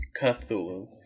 Cthulhu